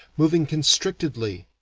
moving constrictedly,